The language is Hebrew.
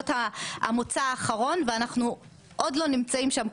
המוצא האחרון ואנחנו עוד לא נמצאים שם,